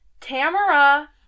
Tamara